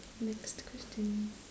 next question